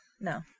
No